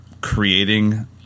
creating